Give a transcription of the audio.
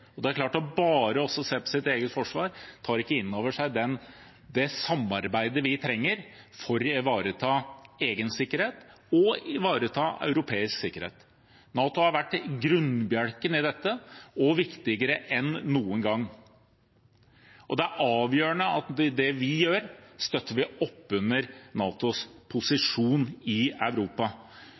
Det er klart at det å bare se på sitt eget forsvar ikke tar inn over seg samarbeidet vi trenger for å ivareta egen sikkerhet og ivareta europeisk sikkerhet. NATO har vært grunnbjelken i dette og er viktigere enn noen gang. Det er avgjørende at det vi gjør, støtter opp under NATOs posisjon i Europa.